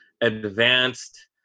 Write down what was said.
advanced